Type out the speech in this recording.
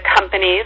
companies